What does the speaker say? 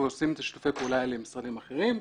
עושים את שיתופי פעולה האלה עם משרדים אחרים,